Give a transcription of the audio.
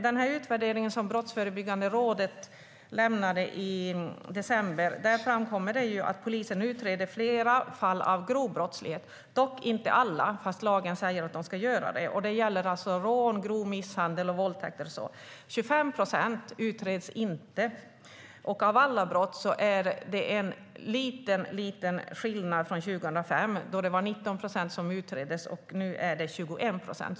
I den utvärdering som Brottsförebyggande rådet lämnade i december framkommer det att polisen utreder fler fall av grov brottslighet - dock inte alla, fast lagen säger att de ska göra det. Det gäller rån, grov misshandel, våldtäkt och så vidare. 25 procent utreds inte. Av alla brott är det en liten skillnad från 2005, då det var 19 procent som utreddes. Nu är det 21 procent.